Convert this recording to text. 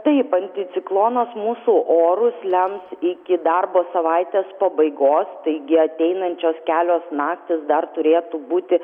taip anticiklonas mūsų orus lems iki darbo savaitės pabaigos taigi ateinančios kelios naktys dar turėtų būti